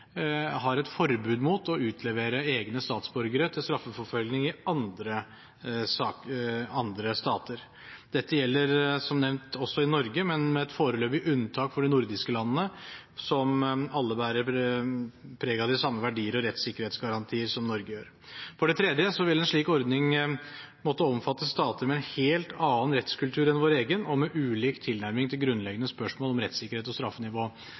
har et forbud mot å utlevere egne statsborgere til straffeforfølgning i andre stater. Dette gjelder som nevnt også i Norge, men med et foreløpig unntak for de nordiske landene, som alle bærer preg av de samme verdier og rettssikkerhetsgarantier som Norge gjør. For det tredje vil en slik ordning måtte omfatte stater med en helt annen rettskultur enn vår egen og med ulik tilnærming til grunnleggende spørsmål om rettssikkerhet og straffenivå.